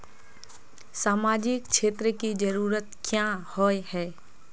सामाजिक क्षेत्र की जरूरत क्याँ होय है?